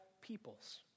peoples